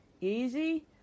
easy